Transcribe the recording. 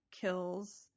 kills